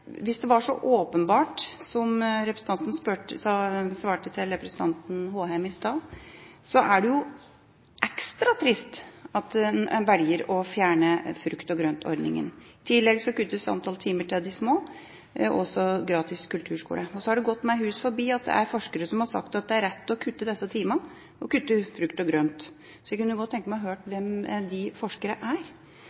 Hvis det var så åpenbart som representanten svarte representanten Håheim i stad, er det ekstra trist at man velger å fjerne frukt- og grøntordninga. I tillegg kuttes antall timer til de små og gratis kulturskole. Det har gått meg hus forbi at det er forskere som har sagt at det er rett å kutte disse timene og kutte ut frukt og grønt. Jeg kunne godt tenke meg å